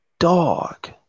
Dog